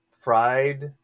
fried